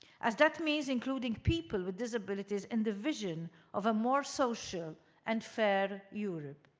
as that means including people with disabilities in the vision of a more social and fair europe.